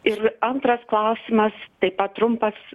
ir antras klausimas taip pat trumpas